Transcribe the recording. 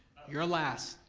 you're last,